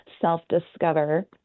self-discover